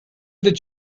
that